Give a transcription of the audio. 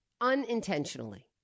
unintentionally